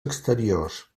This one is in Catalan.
exteriors